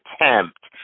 attempt